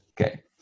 Okay